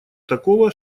такого